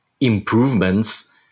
improvements